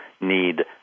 need